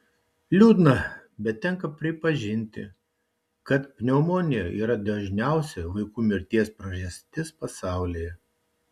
liūdna bet tenka pripažinti kad pneumonija yra dažniausia vaikų mirties priežastis pasaulyje